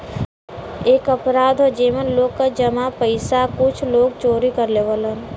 एक अपराध हौ जेमन लोग क जमा पइसा कुछ लोग चोरी कर लेवलन